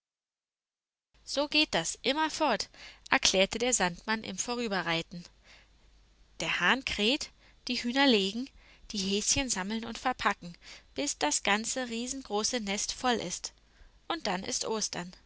so geht das immerfort erklärte der sandmann im vorüberreiten der hahn kräht die hühner legen die häschen sammeln und verpacken bis das ganze riesengroße nest voll ist und dann ist ostern